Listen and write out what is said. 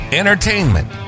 entertainment